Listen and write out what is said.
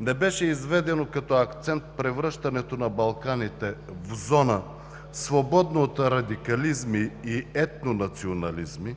не беше изведено като акцент превръщането на Балканите в зона, свободна от радикализми и етнонационализми,